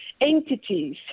entities